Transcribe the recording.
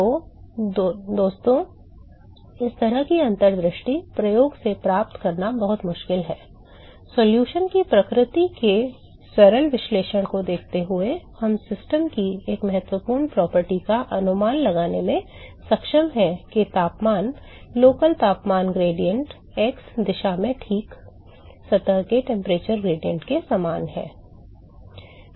तो दोस्तों इस तरह की अंतर्दृष्टि प्रयोग से प्राप्त करना बहुत मुश्किल है Solution की प्रकृति के सरल विश्लेषण को देखते हुए हम सिस्टम की एक महत्वपूर्ण property का अनुमान लगाने में सक्षम हैं कि तापमान local temperature gradient x दिशा में ठीक सतह के temperature gradient के समान है